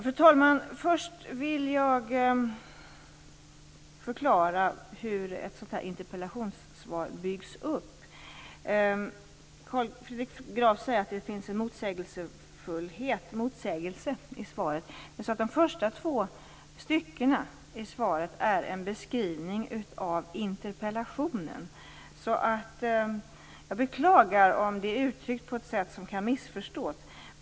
Fru talman! Först vill jag förklara hur ett sådant här interpellationssvar byggs upp. Carl Fredrik Graf säger att det finns en motsägelse i svaret. De första två styckena i svaret är en beskrivning av interpellationen. Jag beklagar om det är uttryckt på ett sätt som kan missförstås.